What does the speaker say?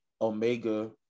Omega